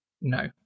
No